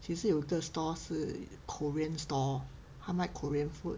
其实有一个 store 是 korean store 它卖 korean food